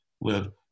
live